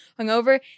hungover